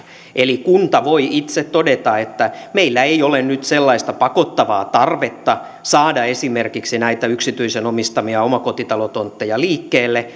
eli kunta voi itse todeta että meillä ei ole nyt sellaista pakottavaa tarvetta saada esimerkiksi näitä yksityisen omistamia omakotitalotontteja liikkeelle